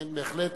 כן, בהחלט.